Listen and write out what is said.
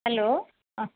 hello ହଁ